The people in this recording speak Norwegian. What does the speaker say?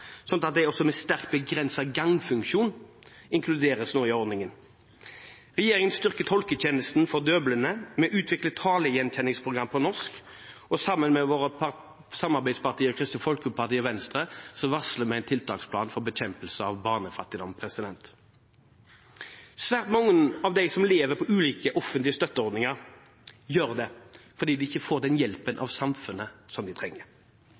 sånn at også de med sterkt begrenset gangfunksjon nå inkluderes i ordningen. Regjeringen styrker tolketjenesten for døvblinde. Vi utvikler talegjenkjenningsprogram på norsk, og sammen med våre samarbeidspartier Kristelig Folkeparti og Venstre varsler vi en tiltaksplan for bekjempelse av barnefattigdom. Svært mange av dem som lever på ulike offentlige støtteordninger, gjør det fordi de ikke får den hjelpen av samfunnet som de trenger.